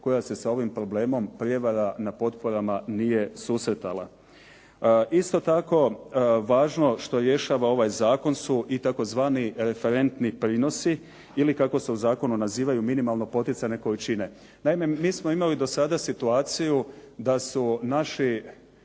koja se sa ovim problemom prijevara na potporama nije susretala. Isto tako važno, što rješava ovaj zakon, su i tzv. referentni prinosi ili kako se u zakonu nazivaju minimalno poticajne količine. Naime, mi smo imali do sada situaciju da su naši